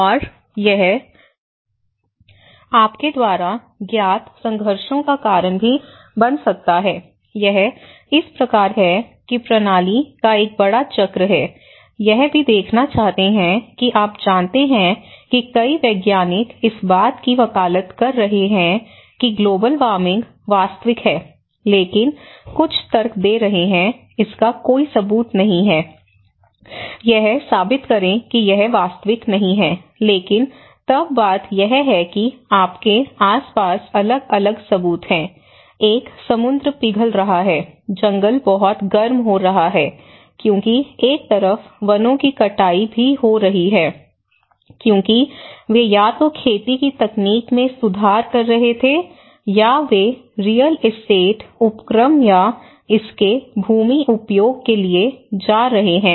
और यह आपके द्वारा ज्ञात संघर्षों का कारण भी बन सकता है यह इस प्रकार है कि प्रणाली का एक बड़ा चक्र है यह भी देखना चाहते हैं कि आप जानते हैं कि कई वैज्ञानिक इस बात की वकालत कर रहे हैं कि ग्लोबल वार्मिंग वास्तविक है लेकिन कुछ तर्क दे रहे हैं इसका कोई सबूत नहीं है यह साबित करें कि यह वास्तविक नहीं है लेकिन तब बात यह है कि आपके पास अलग अलग सबूत हैं एक समुद्र पिघल रहा है जंगल बहुत गर्म हो रहा है क्योंकि एक तरफ वनों की कटाई भी हो रही है क्योंकि वे या तो खेती की तकनीक में सुधार कर रहे थे या वे रियल एस्टेट उपक्रम या इसके भूमि उपयोग के लिए जा रहे हैं